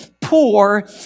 poor